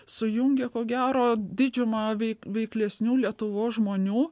sujungė ko gero didžiumą veik veiklesnių lietuvos žmonių